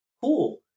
cool